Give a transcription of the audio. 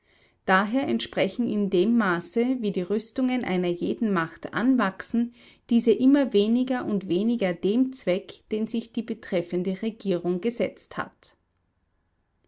daher entsprechen in dem maße wie die rüstungen einer jeden macht anwachsen diese immer weniger und weniger dem zweck den sich die betreffende regierung gesetzt hat